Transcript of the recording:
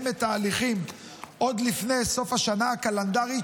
את ההליכים עוד לפני סוף השנה הקלנדרית,